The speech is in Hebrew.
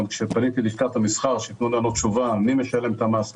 גם כשפניתי ללשכת המסחר שייתנו לנו תשובה מי משלם את המס,